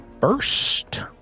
first